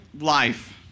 life